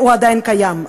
עדיין קיים,